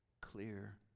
Clear